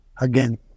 again